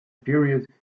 period